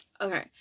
Okay